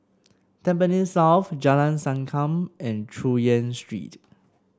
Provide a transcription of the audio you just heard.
Tampines South Jalan Sankam and Chu Yen Street